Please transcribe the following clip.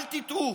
אל תטעו,